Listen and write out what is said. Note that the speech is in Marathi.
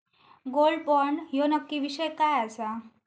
गोल्ड बॉण्ड ह्यो नक्की विषय काय आसा?